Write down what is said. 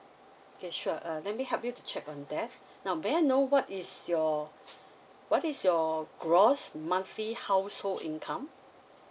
okay sure uh let me help you to check on that now may I know what is your what is your gross monthly household income